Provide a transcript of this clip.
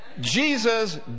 Jesus